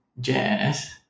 Jazz